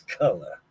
color